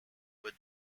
were